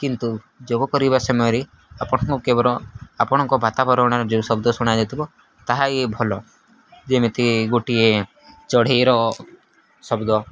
କିନ୍ତୁ ଯୋଗ କରିବା ସମୟରେ ଆପଣଙ୍କୁ କେବଳ ଆପଣଙ୍କ ବାତାବରଣରେ ଯେଉଁ ଶବ୍ଦ ଶୁଣାଯାଇଥିବ ତାହା ଭଲ ଯେମିତି ଗୋଟିଏ ଚଢ଼େଇର ଶବ୍ଦ